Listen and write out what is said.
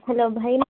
hello ଭାଇନା